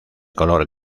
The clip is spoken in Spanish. color